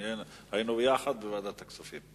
היינו יחד בוועדת הכספים.